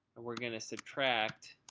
and we're going to subtract